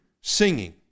Singing